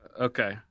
Okay